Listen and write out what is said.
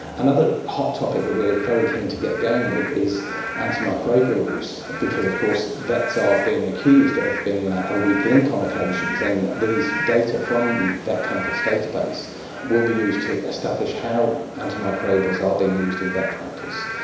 another hot topic that we are very keen to get going with is antimicrobial use, because of course vets are being accused of being a weak link on occasions, and these data from the vetcompass database will be used to establish how antimicrobials are being used in vet practice.